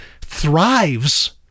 thrives